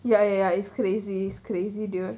ya ya ya it's crazy it's crazy dude